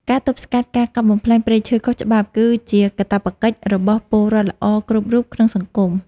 ការទប់ស្កាត់ការកាប់បំផ្លាញព្រៃឈើខុសច្បាប់ គឺជាកាតព្វកិច្ចរបស់ពលរដ្ឋល្អគ្រប់រូបក្នុងសង្គម។